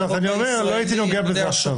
לא הייתי נוגע בזה עכשיו.